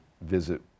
visit